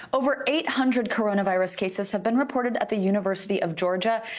over eight hundred coronavirus cases have been reported at the university of georgia.